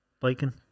biking